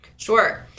Sure